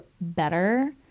better